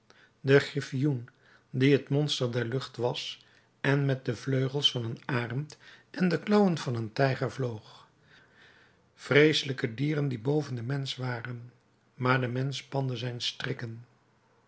den griffoen die het monster der lucht was en met de vleugels van een arend en de klauwen van een tijger vloog vreeselijke dieren die boven den mensch waren maar de mensch spande zijn strikken